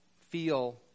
feel